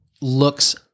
looks